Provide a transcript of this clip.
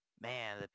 man